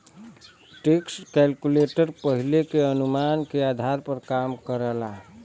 tax calculator पहिले के अनुमान के आधार पर काम करला